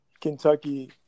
Kentucky